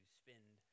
spend